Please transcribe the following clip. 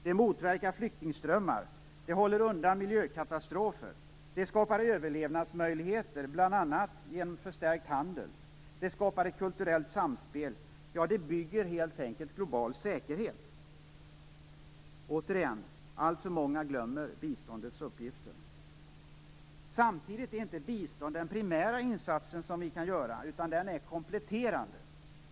Det motverkar flyktingströmmar och håller undan miljökatastrofer. Det skapar överlevnadsmöjligheter, bl.a. genom förstärkt handel. Det skapar ett kulturellt samspel. Ja, bistånd bygger helt enkelt en global säkerhet. Återigen: Alltför många glömmer biståndets uppgifter. Samtidigt är bistånd inte den primära insats som vi kan göra, utan biståndet är kompletterande.